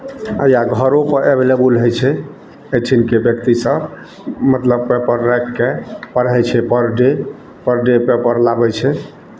या घरोपर अवैलबुल होइ छै एहिठिनके व्यक्तिसभ मतलब पेपर राखि कऽ पढ़ै छै per day per day paper लाबै छै